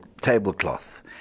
tablecloth